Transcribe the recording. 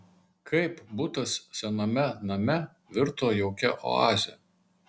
kaip butas sename name virto jaukia oaze